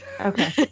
okay